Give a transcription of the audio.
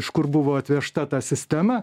iš kur buvo atvežta ta sistema